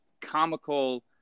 comical